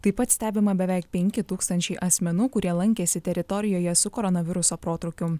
taip pat stebima beveik penki tūkstančiai asmenų kurie lankėsi teritorijoje su koronaviruso protrūkiu